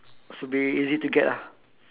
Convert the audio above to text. should be easy to get lah